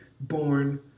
born